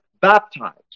baptized